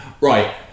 Right